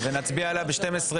לא, אחרי זה.